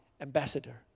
ambassador